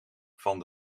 van